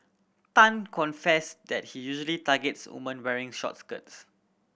Tan confessed that he usually targets woman wearing short skirts